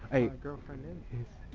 girlfriend and is.